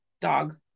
dog